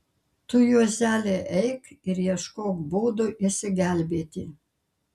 tu juozeli eik ir ieškok būdų išsigelbėti